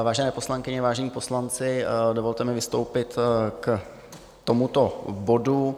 Vážené poslankyně, vážení poslanci, dovolte mi vystoupit k tomuto bodu.